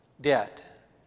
debt